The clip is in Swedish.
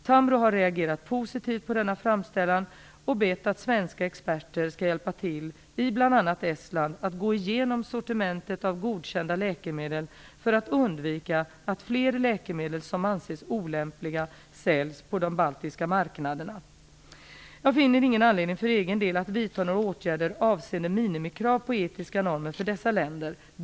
Tamro har reagerat positivt på denna framställan och bett att svenska experter skall hjälpa till i bl.a. Estland att gå igenom sortimentet av godkända läkemedel för att undvika att fler läkemedel som anses olämpliga säljs på de baltiska marknaderna. Jag finner ingen anledning för egen del att vidta några åtgärder avseende minimikrav på etiska normer för dessa länder.